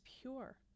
pure